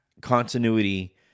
continuity